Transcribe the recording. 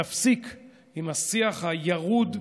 נפסיק עם השיח הירוד,